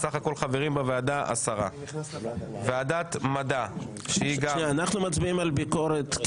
סך הכול חברים בוועדה 10. אנחנו מצביעים על ביקורת,